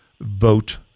vote